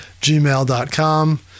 gmail.com